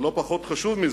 ולא פחות חשוב מזה,